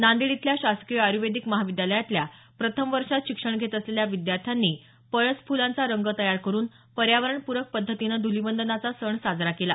नांदेड इथल्या शासकीय आयर्वेदिक महाविद्यालयातल्या प्रथम वर्षात शिक्षण घेत असलेल्या विद्यार्थ्यांनी पळस फुलांचा रंग तयार करून पर्यावरण पूरक पद्धतीनं धुलिवंदनाचा सण साजरा केला